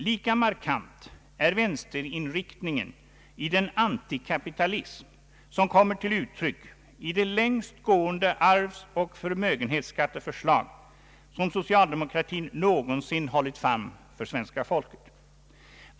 Lika markant är vänsterinriktningen i den antikapitalism som kommer till uttryck i det längst gående arvsoch förmögenhetsskatteförslag som socialdemokratin någonsin hållit fram för svenska folket.